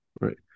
Right